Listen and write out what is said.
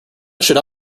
should